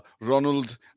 ronald